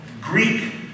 Greek